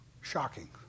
Shocking